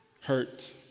hurt